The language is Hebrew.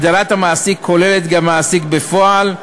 הגדרת המעסיק כוללת גם מעסיק בפועל,